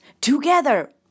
together